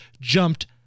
jumped